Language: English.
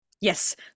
Yes